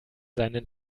seinen